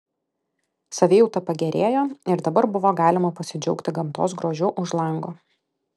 savijauta pagerėjo ir dabar buvo galima pasidžiaugti gamtos grožiu už lango